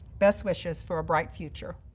best wishes for a bright future.